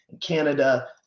Canada